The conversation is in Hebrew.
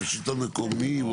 שלטון מקומי.